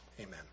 amen